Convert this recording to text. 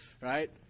right